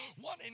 one